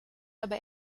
aber